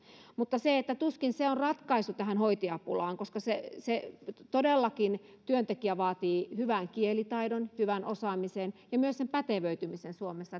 mutta tuskin se on ratkaisu tähän hoitajapulaan koska todellakin se vaatii työntekijältä hyvän kielitaidon hyvän osaamisen ja myös sen pätevöitymisen suomessa